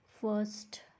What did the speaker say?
first